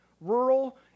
Rural